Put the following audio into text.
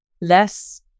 less